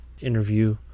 interview